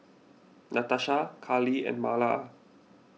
Natasha Carli and Marla